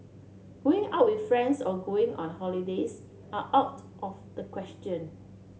going out with friends or going on holidays are out of the question